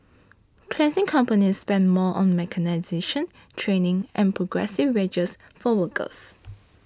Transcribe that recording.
cleansing companies spend more on mechanisation training and progressive wages for workers